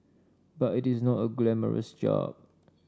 but it is not a glamorous job